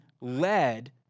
led